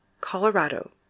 Colorado